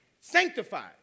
sanctified